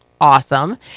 awesome